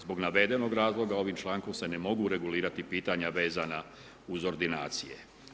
Zbog navedenog razloga, ovim člankom se ne mogu regulirati pitanja vezana uz ordinacije.